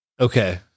Okay